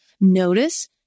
Notice